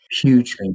Huge